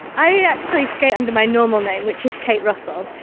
i actually skate under my normal name, which is kate russell.